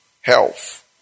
health